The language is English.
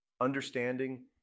understanding